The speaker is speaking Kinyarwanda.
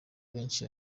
benshi